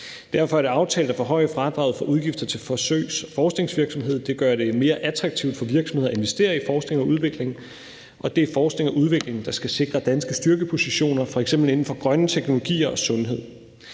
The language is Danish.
Derfor er det aftalt at forhøje fradraget for udgifter til forsøgs- og forskningsvirksomhed. Det gør det mere attraktivt for virksomheder at investere i forskning og udvikling. Det er forskning og udvikling, der skal sikre danske styrkepositioner, f.eks. inden for grønne teknologier og sundhed.